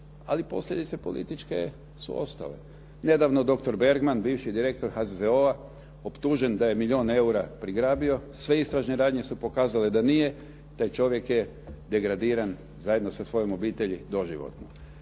ali posljedice političke su ostale. Nedavno dr. Bergman, bivši direktor HZZO-a, optužen da je milijun eura prigrabio, sve istražne radnje su pokazale da nije, taj čovjek je degradiran zajedno sa svojom obitelji doživotno.